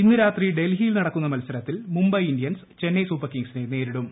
ഇന്ന് രാ്ത്തി ഡൽഹിയിൽ നടക്കുന്ന മത്സരത്തിൽ മുംബൈ ഇന്ത്യൻസ്ട് ച്ചെന്നൈ സൂപ്പർ കിംഗ്സിനെ നേരിടും